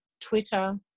Twitter